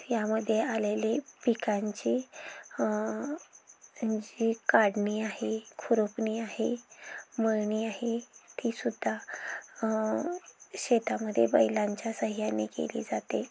यामध्ये आलेले पिकांची जी काढणी आहे खुरपणी आहे मळणी आहे ती सुद्धा शेतामध्ये बैलांच्या सहाय्याने केली जाते